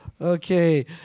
Okay